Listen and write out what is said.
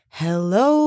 hello